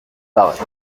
paraît